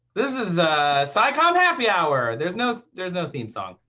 this is socomm happy hour. there's no there's no theme song.